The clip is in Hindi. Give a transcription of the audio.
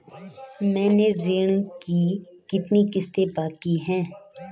मेरे ऋण की कितनी किश्तें बाकी हैं?